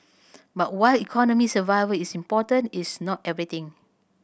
but while economic survival is important it's not everything